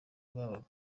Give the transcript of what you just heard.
bwabaga